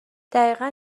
دقیقا